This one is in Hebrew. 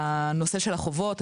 הנושא של החובות.